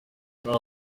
muri